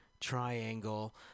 Triangle